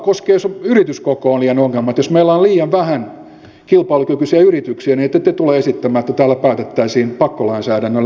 samaten jos yrityskoko on ongelma jos meillä on liian vähän kilpailukykyisiä yrityksiä niin ette te tule esittämään että täällä päätettäisiin pakkolainsäädännöllä yrityskoko